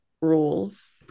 rules